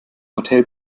hotel